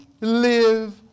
live